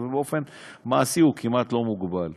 ובאופן מעשי הוא כמעט לא מוגבל.